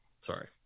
sorry